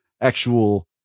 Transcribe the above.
actual